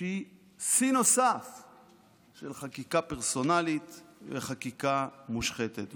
שהיא שיא נוסף של חקיקה פרסונלית וחקיקה מושחתת.